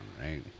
right